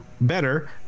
better